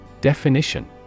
Definition